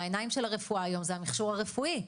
העיניים של הרפואה היום זה המכשור הרפואי,